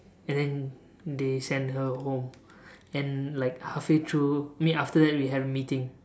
and then they sent her home and like halfway through mean after that we had a meeting